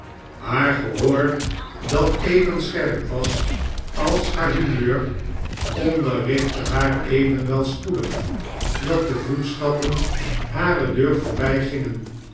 haar gehoor dat even scherp was als haar humeur onderrichtte haar evenwel spoedig dat de voetstappen hare deur